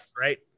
right